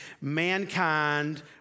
mankind